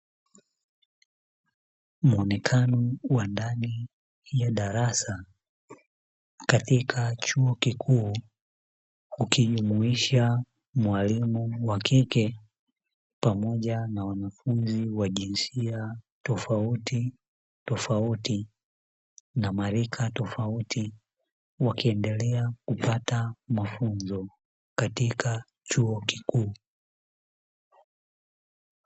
Muonekano wa ndani ya darasa; katika chuo kikuu, ukijumuisha mwalimu wa kike pamoja na wanafunzi wa jinsia tofauti tofauti na marika tofauti, wakiendelea kupata mafunzo katika chuo kikuu.